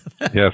Yes